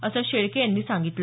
असं शेळके यांनी सांगितलं